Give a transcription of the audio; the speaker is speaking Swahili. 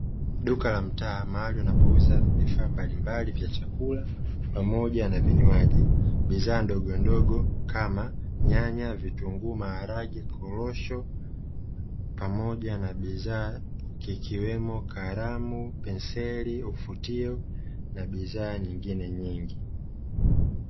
Duka la mtaa mahali wanapouza vifaa mbalimbali vya chakula pamoja na vinywaji, bidhaa ndogondogo kama: nyanya, vitunguu, maharage, korosho; pamoja na bidhaa ikiwemo: kalamu, penseli, ufutio na bidhaa nyingine nyingi.